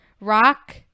Rock